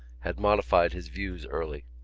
had modified his views early.